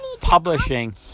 publishing